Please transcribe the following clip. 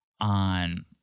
on